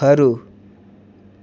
ખરું